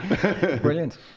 Brilliant